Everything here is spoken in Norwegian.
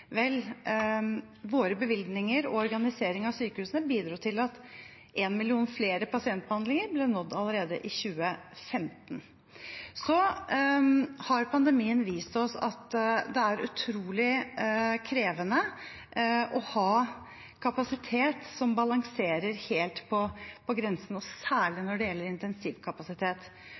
Vel, våre bevilgninger og vår organisering av sykehusene bidro til at én million flere pasientbehandlinger ble nådd allerede i 2015. Så har pandemien vist oss at det er utrolig krevende å ha kapasitet som balanserer helt på grensen, særlig når det gjelder intensivkapasitet.